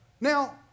Now